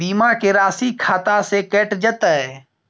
बीमा के राशि खाता से कैट जेतै?